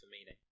meaning